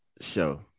show